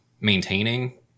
maintaining